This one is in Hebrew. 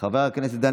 חבר הכנסת גלעד קריב,